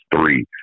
three